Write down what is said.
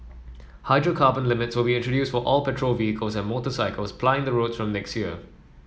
hydrocarbon limits will be introduced for all petrol vehicles and motorcycles plying the roads from next year